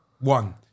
One